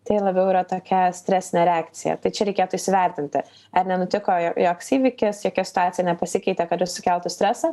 tai labiau yra tokia stresinė reakcija tai čia reikėtų įsivertinti ar nenutiko jo joks įvykis jokia situacija nepasikeitė kuri sukeltų stresą